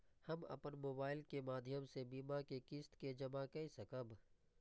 हम अपन मोबाइल के माध्यम से बीमा के किस्त के जमा कै सकब?